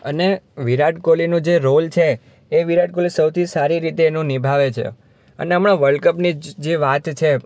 અને વિરાટ કોહલીનો જે રોલ છે એ વિરાટ કોહલી સૌથી સારી રીતે એનો નિભાવે છે અને હમણાં વર્લ્ડ કપની જે વાત છે